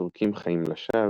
"הסורקים חיים לשווא",